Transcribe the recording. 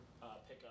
pickup